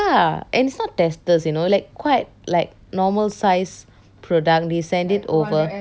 ya and it's not testers you know like quite like normal size product they send it over